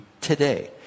today